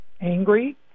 angry